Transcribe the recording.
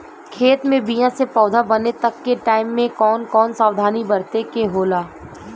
खेत मे बीया से पौधा बने तक के टाइम मे कौन कौन सावधानी बरते के होला?